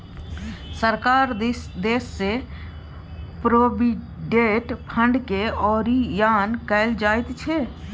सरकार दिससँ प्रोविडेंट फंडकेँ ओरियान कएल जाइत छै